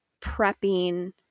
prepping